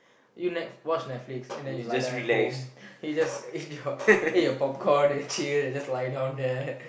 you Net~ watch Netflix and then you lay down at home and you just eat your eat your popcorn and chill and just lie down there